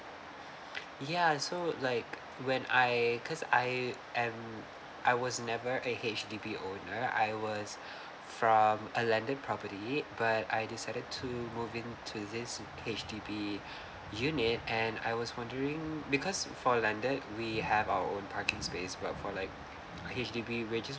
yeah so like when I cause I I am I was never a H_D_B owner I was from a landed property but I I decided to move in to this H_D_B unit and I was wondering because for landed we have our own parking space well for like H_D_B which is